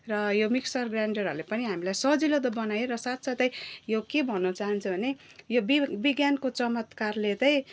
र यो मिक्सर ग्राइन्डरहरूले पनि हामीलाई सजिलो त बनायो र साथ साथै यो के भन्न चाहन्छु भने यो विग विज्ञानको चमत्कारले त